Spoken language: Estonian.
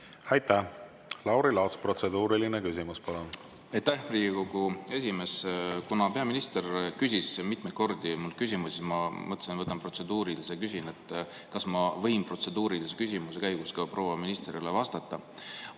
Aitäh! Lauri Laats, protseduuriline küsimus, palun! Aitäh, Riigikogu esimees! Kuna peaminister küsis mitmeid kordi minult küsimusi, siis ma mõtlesin, et võtan protseduurilise ja küsin, kas ma võin protseduurilise küsimuse käigus proua ministrile vastata.